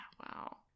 Wow